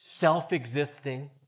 self-existing